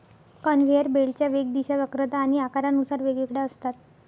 conveyor बेल्टच्या वेग, दिशा, वक्रता आणि आकारानुसार वेगवेगळ्या असतात